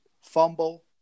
fumble